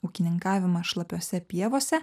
ūkininkavimą šlapiose pievose